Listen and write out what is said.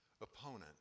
opponent